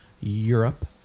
Europe